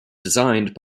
designed